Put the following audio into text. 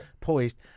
poised